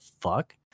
fuck